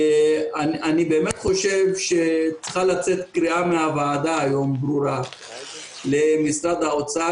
אני באמת חושב שצריכה לצאת קריאה ברורה מהוועדה היום למשרד האוצר